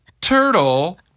Turtle